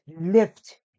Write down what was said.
lift